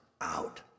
out